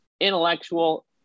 intellectual